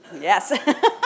Yes